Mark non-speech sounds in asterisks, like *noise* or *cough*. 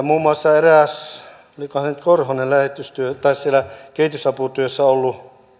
*unintelligible* muun muassa eräs olikohan se nyt korhonen siellä kehitysaputyössä ollut